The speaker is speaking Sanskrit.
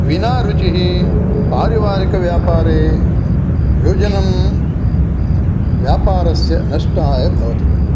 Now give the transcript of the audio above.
विनारुचिः पारिवारिकव्यापारे योजनं व्यापारस्य नष्टाय भवति